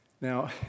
Now